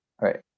right